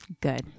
Good